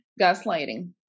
gaslighting